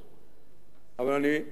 אבל אני מבקש לומר